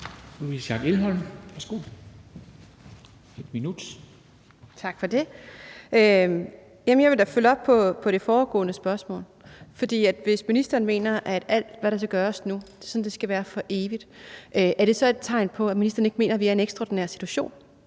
13:30 Louise Schack Elholm (V): Tak for det. Jeg vil da følge op på det foregående spørgsmål, for hvis ministeren mener, at alt, hvad der skal gøres nu, er sådan, at det skal være for evigt, er det så et tegn på, at ministeren ikke mener, at vi er i en ekstraordinær situation?